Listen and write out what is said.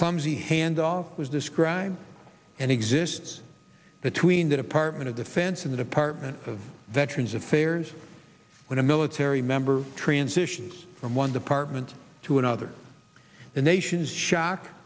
clumsy handle was described and exists it's between the department of defense in the department of veterans affairs when a military member transitions from one department to another the nation's shock